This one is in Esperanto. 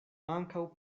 ankaŭ